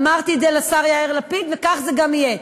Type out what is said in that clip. אמרתי את זה לשר יאיר לפיד, וכך זה גם יהיה.